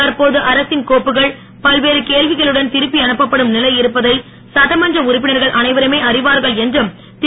தற்போது அரசின் கோப்புக்கள் பல்வேறு கேள்விகளுடன் திருப்பி அனுப்பப்படும் நிலை இருப்பதை சட்டமன்ற உறுப்பினர்கள் அனைவருமே அறிவார்கள் என்றும் திரு